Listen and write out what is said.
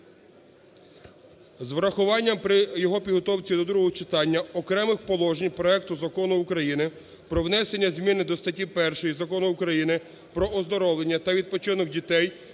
з урахуванням при його підготовці до другого читання окремих положень проекту Закону України про внесення зміни до статті 1 Закону України "Про оздоровлення та відпочинок дітей"